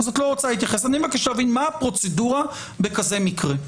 אני מבקש להבין מה הפרוצדורה בכזה מקרה.